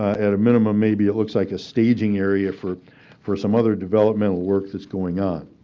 at a minimum, maybe it looks like a staging area for for some other developmental work that's going on.